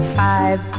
five